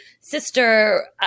sister